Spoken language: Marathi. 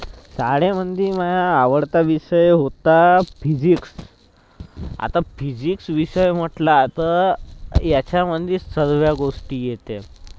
शाळेमध्ये माझा आवडता विषय होता फिजिक्स आता फिजिक्स विषय म्हटला तर याच्यामध्ये सर्व गोष्टी येते